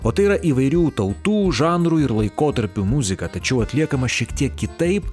o tai yra įvairių tautų žanrų ir laikotarpių muzika tačiau atliekama šiek tiek kitaip